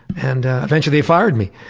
and eventually they fired me.